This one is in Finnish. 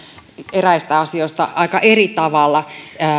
eräistä asioista aika eri tavalla